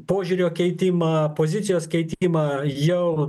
požiūrio keitimą pozicijos keitimą jau